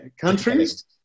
countries